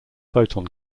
photon